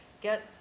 get